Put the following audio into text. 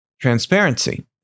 transparency